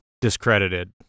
discredited